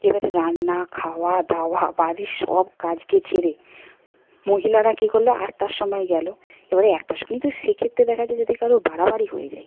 এবারে রান্না খাওয়া দাওয়া বাড়ির সব কাজকে ছেড়ে মহিলারা কী করল আটটার সময় গেলো এবারে একটা তো সেক্ষেত্রে দেখা যায় যদি কারও বাড়াবাড়ি হয়ে যায়